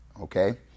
Okay